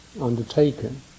undertaken